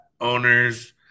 owners